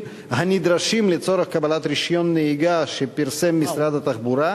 הנדרשים לצורך קבלת רשיון נהיגה שפרסם משרד התחבורה,